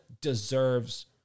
deserves